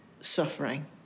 suffering